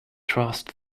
trust